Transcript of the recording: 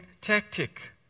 tactic